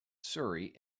surrey